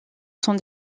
sans